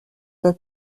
pas